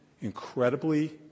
incredibly